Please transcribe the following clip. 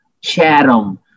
Chatham